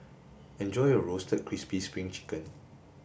enjoy your roasted crispy spring chicken